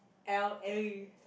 L_A